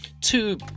Two